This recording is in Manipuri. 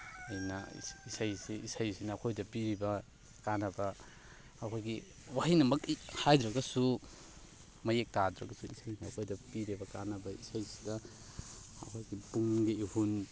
ꯑꯩꯅ ꯏꯁꯩꯁꯤ ꯏꯁꯩꯁꯤꯅ ꯑꯩꯈꯣꯏꯗ ꯄꯤꯔꯤꯕ ꯀꯥꯟꯅꯕ ꯑꯩꯈꯣꯏꯒꯤ ꯋꯥꯍꯩꯅꯃꯛ ꯍꯥꯏꯗ꯭ꯔꯒꯁꯨ ꯃꯌꯦꯛ ꯇꯥꯗ꯭ꯔꯒꯁꯨ ꯏꯁꯩꯅ ꯑꯩꯈꯣꯏꯗ ꯄꯤꯔꯤꯕ ꯀꯥꯟꯅꯕ ꯏꯁꯩꯁꯤꯗ ꯑꯩꯈꯣꯏꯒꯤ ꯄꯨꯛꯅꯤꯡꯒꯤ ꯏꯍꯨꯜ